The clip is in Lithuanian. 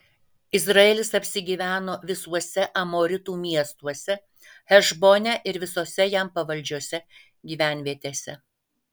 izraelis apsigyveno visuose amoritų miestuose hešbone ir visose jam pavaldžiose gyvenvietėse